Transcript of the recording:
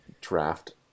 draft